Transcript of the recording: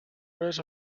rest